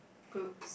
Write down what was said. poops